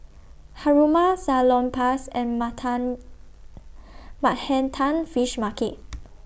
Haruma Salonpas and Manhattan Fish Market